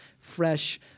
fresh